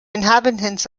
inhabitants